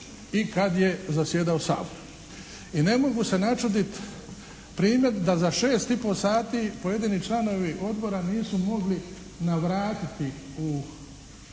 i kad je zasjedao Sabor. I ne mogu se načuditi …/Govornik se ne razumije./… da za 6 i pol sati pojedini članovi Odbora nisu mogli navratiti u